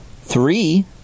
three